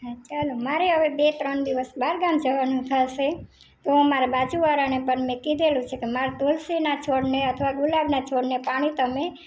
હા ચાલો મારે હવે બે ત્રણ દિવસ બહાર ગામ જવાનું થશે તો અમારા બાજુ વાળાને પણ મેં કહ્યું છે કે મારા તુલસીના છોડને અથવા ગુલાબના છોડને પાણી તમે